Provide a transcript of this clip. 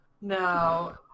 no